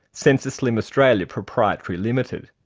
sensaslim australia proprietary limited.